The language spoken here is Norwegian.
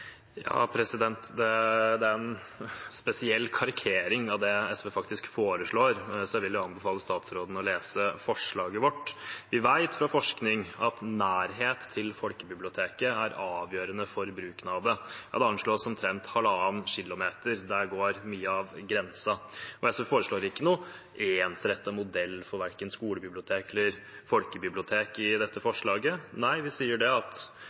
spesiell karikering av det SV faktisk foreslår, så jeg vil anbefale statsråden å lese forslaget vårt. Vi vet fra forskning at nærhet til folkebiblioteket er avgjørende for bruken av det. Det anslås at grensen mye går omtrent ved halvannen kilometer. SV foreslår ikke noen ensrettet modell for verken skolebibliotek eller folkebibliotek i dette forslaget. Nei, vi sier at i dagens folkebiblioteklov sier man ganske tydelig at